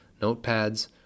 notepads